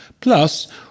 Plus